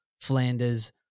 Flanders